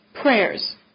prayers